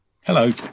Hello